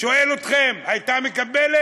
אני שואל אתכם, הייתה מקבלת?